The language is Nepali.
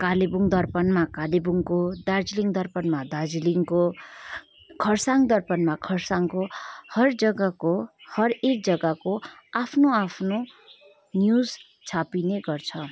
कालेबुङ दर्पणमा कालेबुङको दार्जिलिङ दर्पणमा दार्जिलिङको खरसाङ दर्पणमा खरसाङको हर जग्गाको हर एक जग्गाको आफ्नो आफ्नो न्युज छापिने गर्छ